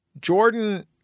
Jordan